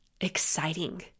exciting